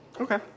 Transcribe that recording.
Okay